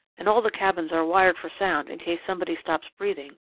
and all the cabins are wired for sound in case somebody stops breathing,